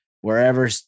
wherever